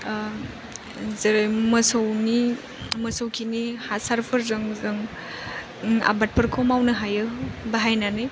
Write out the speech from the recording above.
जेरै मोसौनि मोसौ खिनि हासाफोरजों जों आबादफोरखौ मावनो हायो बाहायनानै